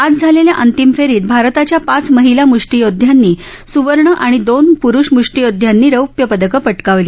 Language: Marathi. आज झालेल्या अंतिम फेरीत भारताच्या पाच महिला म्ष्टियोद्ध्यांनी स्वर्ण आणि दोन प्रुष मुष्टियोद्ध्यांनी रौप्य पदकं पटकावली